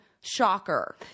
Shocker